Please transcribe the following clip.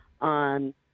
on